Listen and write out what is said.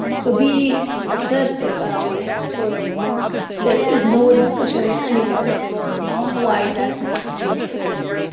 so be assertive around this because there is no discussion anymore of why that needs to be the case.